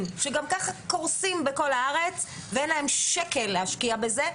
שגם ככה קורסים בכל הארץ ואין להם שקל להשקיע בזה,